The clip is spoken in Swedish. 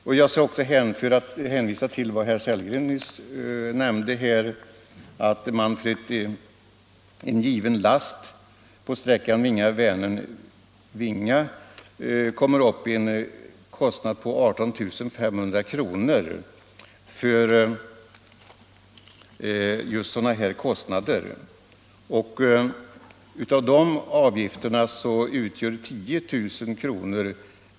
Jag hänvisar också till vad herr Sellgren nyss nämnde om att dessa kostnader för en given last på sträckan Vinga-Vänern-Vinga kom upp till 18 500 kr. Av de avgifterna var 10 000 kr.